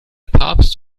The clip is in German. papst